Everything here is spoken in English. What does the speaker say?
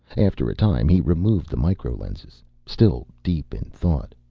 after a time he removed the micro-lenses, still deep in thought.